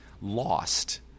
Lost